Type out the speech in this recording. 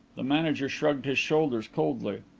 the manager shrugged his shoulders coldly.